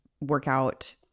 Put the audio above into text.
workout